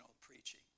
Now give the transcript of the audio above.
preaching